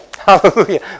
Hallelujah